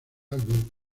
álbum